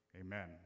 Amen